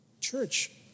Church